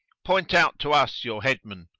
point out to us your headmen!